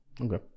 Okay